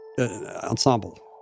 ensemble